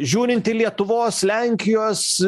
žiūrint į lietuvos lenkijos